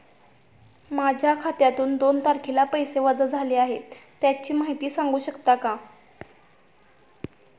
माझ्या खात्यातून दोन तारखेला पैसे वजा झाले आहेत त्याची माहिती सांगू शकता का?